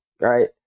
right